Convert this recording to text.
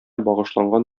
багышланган